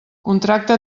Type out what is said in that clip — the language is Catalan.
contracte